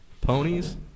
ponies